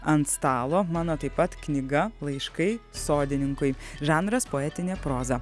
ant stalo mano taip pat knyga laiškai sodininkui žanras poetinė proza